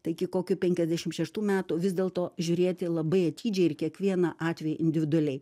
taigi kokių penkiasdešim šeštų metų vis dėlto žiūrėti labai atidžiai ir kiekvieną atvejį individualiai